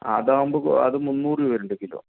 അതാകുമ്പോൾ അത് മുന്നൂർ രൂപ വരുന്നുണ്ട് കിലോ